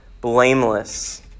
blameless